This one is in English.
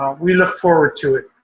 we look forward to it.